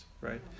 right